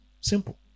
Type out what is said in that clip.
Simple